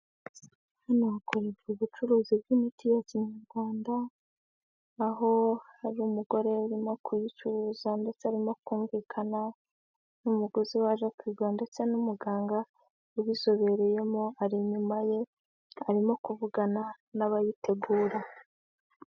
Hano hakorerwa ubucuruzi bw'imiti ya kinyarwanda, aho hari umugore urimo kuyicuruza ndetse arimo kumvikana n'umuguzi waje kuyigura ndetse n'umuganga ubizobereyemo ari inyuma ye, arimo kuvugana n'abayitegura.